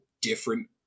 different